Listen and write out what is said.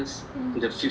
ya